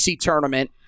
tournament